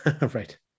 Right